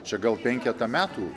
čia gal penketą metų